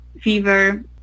fever